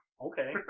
Okay